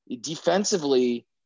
defensively